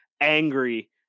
angry